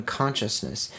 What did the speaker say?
consciousness